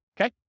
okay